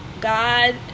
god